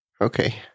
Okay